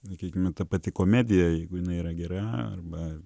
laikykime pati komedija jeigu jinai yra gera arba